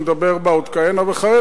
היה ראוי שנדבר בה עוד כהנה וכהנה,